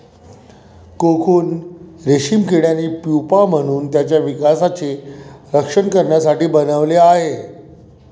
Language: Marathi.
कोकून रेशीम किड्याने प्युपा म्हणून त्याच्या विकासाचे रक्षण करण्यासाठी बनवले आहे